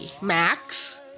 Max